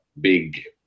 big